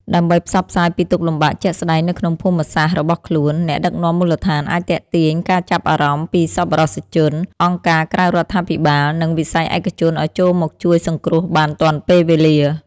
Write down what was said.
ដើម្បីផ្សព្វផ្សាយពីទុក្ខលំបាកជាក់ស្ដែងនៅក្នុងភូមិសាស្ត្ររបស់ខ្លួន អ្នកដឹកនាំមូលដ្ឋានអាចទាក់ទាញការចាប់អារម្មណ៍ពីសប្បុរសជន អង្គការក្រៅរដ្ឋាភិបាល និងវិស័យឯកជនឱ្យចូលមកជួយសង្គ្រោះបានទាន់ពេលវេលា។